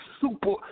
super